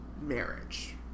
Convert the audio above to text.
marriage